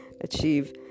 achieve